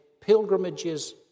pilgrimages